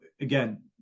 again